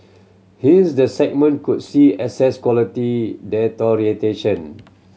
hence the segment could see asset quality deterioration